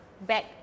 back